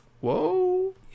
Whoa